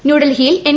ന്യൂഡൽഹിയിൽ എൻ